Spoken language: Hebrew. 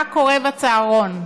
מה קורה בצהרון?